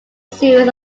series